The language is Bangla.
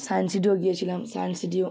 সায়েন্স সিটিও গিয়েছিলাম সায়েন্স সিটিও